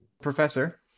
Professor